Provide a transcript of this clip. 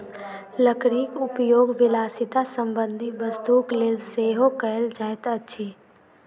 लकड़ीक उपयोग विलासिता संबंधी वस्तुक लेल सेहो कयल जाइत अछि